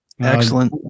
excellent